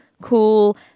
cool